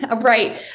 Right